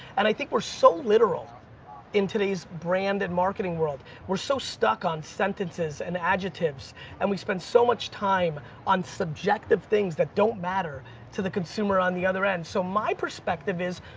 and i think we're so literal in today's brand and marketing world. we're so stuck on sentences and adjectives and we spend so much time on subjective things that don't matter to the consumer on the other end, so my perspective is,